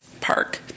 Park